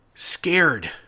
scared